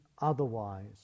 otherwise